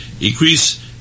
Increase